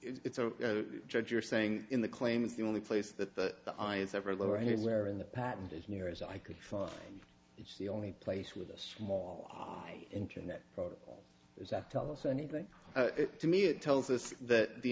it's a judge you're saying in the claim is the only place that the eyes ever lower anywhere in the patent as near as i could find it's the only place where the small internet protocol is that tell us anything to me it tells us that the